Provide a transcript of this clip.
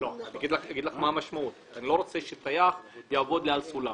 אגיד לך את המשמעות: אני לא רוצה שטייח יעבוד על סולם.